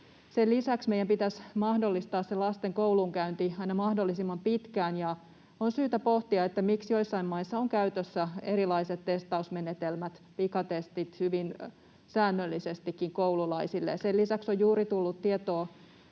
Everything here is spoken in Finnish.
Sen lisäksi meidän pitäisi aina mahdollistaa lasten koulunkäynti mahdollisimman pitkään, ja on syytä pohtia, miksi joissain maissa on käytössä erilaiset testausmenetelmät, pikatestit hyvin säännöllisestikin koululaisille. Sen lisäksi on juuri tullut